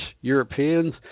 Europeans